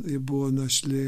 ji buvo našlė